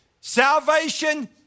Salvation